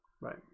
Right